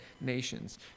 nations